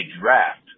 draft